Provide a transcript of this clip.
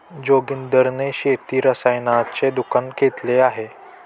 जोगिंदर ने शेती रसायनाचे दुकान घेतले आहे